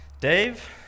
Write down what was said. Dave